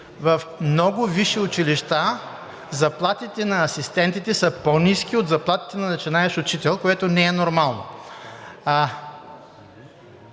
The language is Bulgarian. в много висши училища заплатите на асистентите са по-ниски от заплатите на начинаещ учител, което не е нормално.